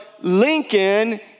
Lincoln